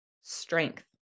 strength